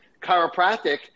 chiropractic